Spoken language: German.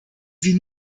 sie